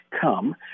come